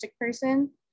person